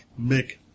Mick